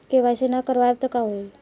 KYC ना करवाएम तब का होई?